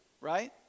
right